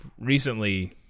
recently